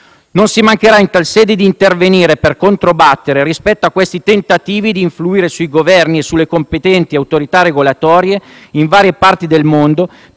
Non si mancherà in tale sede di intervenire per controbattere rispetto a questi tentativi di influire sui Governi e sulle competenti autorità regolatorie in varie parti del mondo